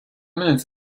minutes